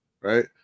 right